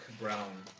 brown